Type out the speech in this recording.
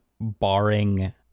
barring